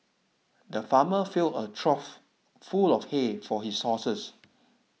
the farmer filled a trough full of hay for his horses